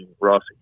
Ross